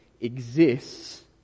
exists